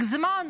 בעוד X זמן,